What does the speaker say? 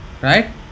right